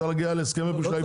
צריך להגיע להסכמי פרישה,